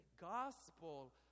gospel